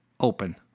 open